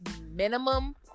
minimum